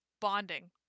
bonding